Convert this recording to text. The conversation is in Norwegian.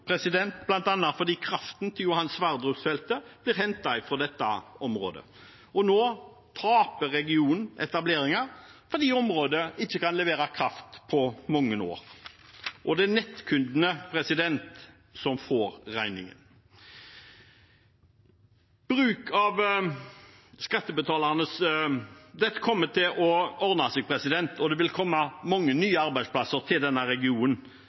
fordi kraften til Johan Sverdrup-feltet blir hentet fra dette området. Nå taper regionen etableringer fordi området ikke kan levere kraft på mange år. Og det er nettkundene som får regningen. Dette kommer til å ordne seg, og det vil komme mange nye arbeidsplasser til denne regionen.